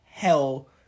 hell